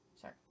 Sorry